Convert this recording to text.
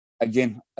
again